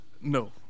No